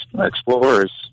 explorers